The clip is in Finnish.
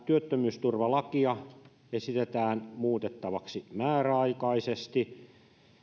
työttömyysturvalakia esitetään muutettavaksi määräaikaisesti